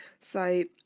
so